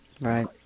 Right